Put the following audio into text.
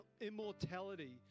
immortality